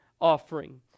offering